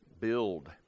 build